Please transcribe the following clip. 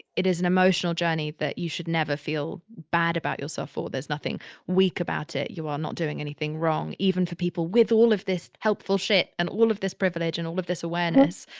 it is an emotional journey that you should never feel bad about yourself or there's nothing weak about it. you are not doing anything wrong. even for people with all of this helpful shit and all of this privilege and all of this awareness,